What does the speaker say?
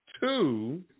Two